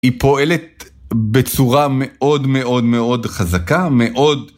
היא פועלת בצורה מאוד מאוד מאוד חזקה, מאוד...